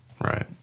Right